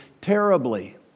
terribly